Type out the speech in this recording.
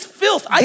filth